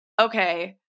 okay